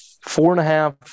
Four-and-a-half